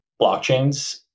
blockchains